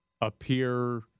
appear